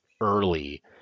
early